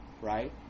Right